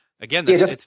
again